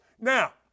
Now